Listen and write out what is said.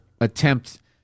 Attempt